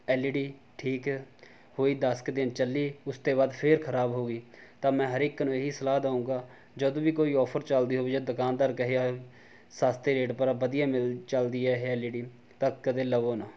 L E D ਠੀਕ ਹੋਈ ਦਸ ਕੁ ਦਿਨ ਚੱਲੀ ਉਸ ਤੋਂ ਬਾਅਦ ਫੇਰ ਖਰਾਬ ਹੋ ਗਈ ਤਾਂ ਮੈਂ ਹਰ ਇੱਕ ਨੂੰ ਇਹੀ ਸਲਾਹ ਦਉਂਗਾ ਜਦ ਵੀ ਕੋਈ ਆਫਰ ਚੱਲਦੀ ਹੋਵੇ ਜਾਂ ਦੁਕਾਨਦਾਰ ਕਹੇ ਆ ਸਸਤੇ ਰੇਟ ਪਰ ਆ ਵਧੀਆ ਮਿੱਲ ਚੱਲਦੀ ਹਾਂ ਇਹ ਐੱਲ ਈ ਡੀ ਤਾਂ ਕਦੇ ਲਵੋ ਨਾ